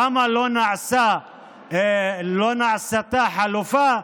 למה לא נעשתה חלופה?